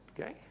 Okay